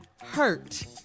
Hurt